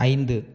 ஐந்து